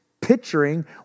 picturing